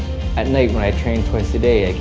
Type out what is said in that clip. at night when i trained twice a day, ah